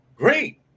Great